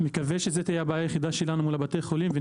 נקווה שזו תהיה הבעיה היחידה שלנו מול בתי חולים.